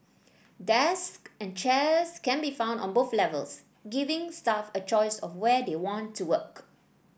desks and chairs can be found on both levels giving staff a choice of where they want to work